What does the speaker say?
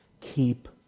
Keep